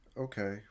Okay